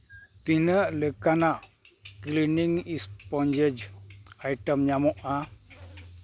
ᱛᱤᱱᱟᱹᱜ ᱞᱮᱠᱟᱱᱟᱜ cleaning sponges item ᱧᱟᱢᱚᱜᱼᱟ